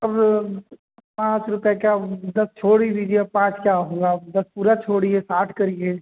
अब पाँच रुपये क्या दस छोड़ ही दीजिए पाँच क्या हुआ दस पूरा छोड़िए साठ करिए